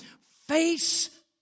face